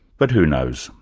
but who knows?